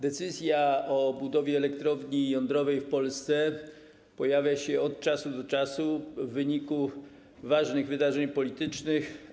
Decyzja o budowie elektrowni jądrowej w Polsce pojawia się od czasu do czasu w wyniku ważnych wydarzeń politycznych.